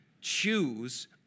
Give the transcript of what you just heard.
choose